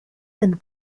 and